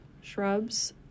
shrubs